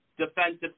defensive